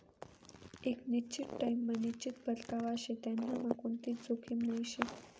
एक निश्चित टाइम मा निश्चित परतावा शे त्यांनामा कोणतीच जोखीम नही शे